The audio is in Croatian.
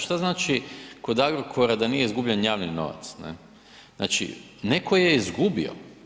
Šta znači kod Agrokora da nije izbuljen javni novac, znači neko je izgubio.